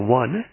one